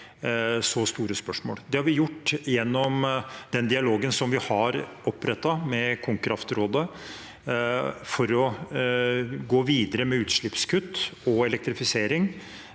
så store spørs mål. Det har vi gjort gjennom den dialogen som vi har opprettet med Konkraft-rådet, for å gå videre med utslippskutt og elektrifisering